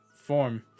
form